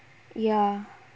ya